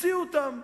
המציאו אותם.